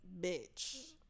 bitch